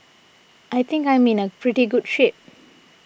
I think I'm in pretty good shape